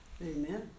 Amen